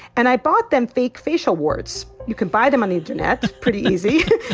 and i bought them fake facial warts. you can buy them on the internet pretty easy